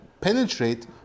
penetrate